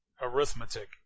arithmetic